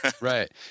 Right